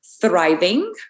thriving